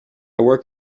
work